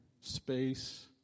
space